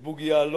את בוגי יעלון,